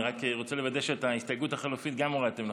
אני רק רוצה לוודא שגם את ההסתייגות החלופית הורדתם.